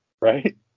right